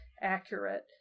accurate